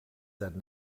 said